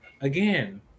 again